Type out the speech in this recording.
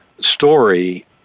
story